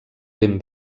ben